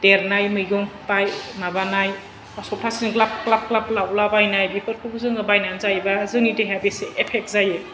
देरनाय मैगं बाय माबानाय सप्तासेजों ग्लाब ग्लाब लावलाबायनाय बेफोरखौबो जोङो बायनानै जायोबा जोंनि देहाया बेसे एफेक्ट जायो